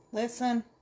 Listen